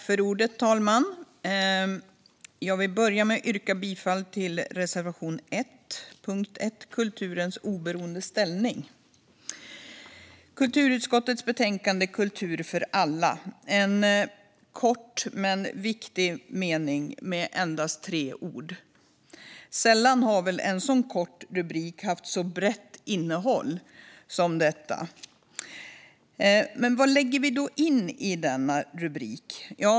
Fru talman! Jag vill börja med att yrka bifall till reservation 1 under punkt 1 om kulturens oberoende ställning. Kultur för alla är med sina endast tre ord en kort men viktig rubrik. Sällan har väl en så kort rubrik haft ett så brett innehåll som denna. Vad lägger vi då in i denna rubrik?